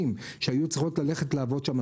חרדיות שהיו צריכות ללכת לעבוד שם.